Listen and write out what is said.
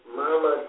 mama